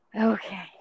Okay